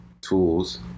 tools